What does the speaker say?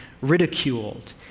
ridiculed